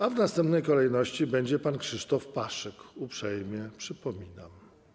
A w następnej kolejności będzie pan poseł Krzysztof Paszyk, uprzejmie przypominam.